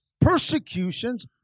persecutions